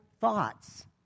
thoughts